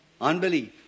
Unbelief